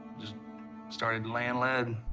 just started laying lead.